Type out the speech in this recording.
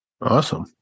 Awesome